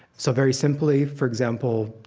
so very simply, for example,